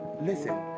Listen